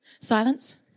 Silence